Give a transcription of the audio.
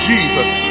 Jesus